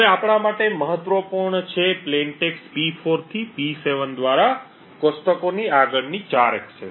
હવે આપણા માટે મહત્વપૂર્ણ છે સાદા ટેક્સ્ટ P4 થી P7 દ્વારા કોષ્ટકોની આગળની 4 એક્સેસ